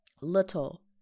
little